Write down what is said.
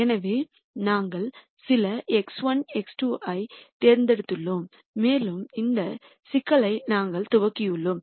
எனவே நாங்கள் சில x1 x2 ஐ தேர்ந்தெடுத்துள்ளோம் மேலும் இந்த சிக்கலை நாங்கள் துவக்கியுள்ளோம்